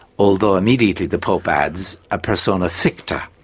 although immediately, the pope adds, a persona ficta,